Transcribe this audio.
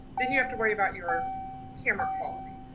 then you have to worry about your camera quality.